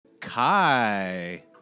Kai